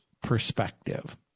perspective